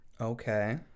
Okay